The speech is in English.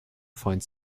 find